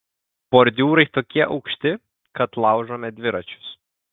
bordiūrai tokie aukšti kad laužome dviračius